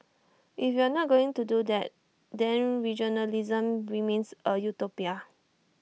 if we are not going to do that then regionalism remains A utopia